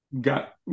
got